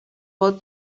پات